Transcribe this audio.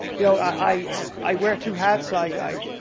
you know, i i wear two hats i i